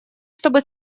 чтобы